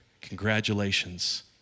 congratulations